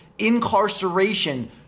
incarceration